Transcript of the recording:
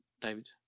David